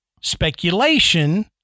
speculation